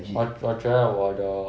我我觉得我的